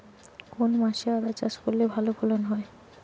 কোন মাসে আদা চাষ করলে ভালো ফলন হয়?